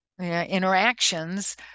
interactions